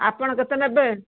ଆପଣ କେତେ ନେବେ